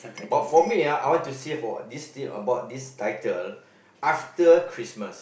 but for me ah I want to see for this team about this title after Christmas